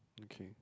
okay